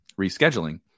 rescheduling